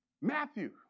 Matthew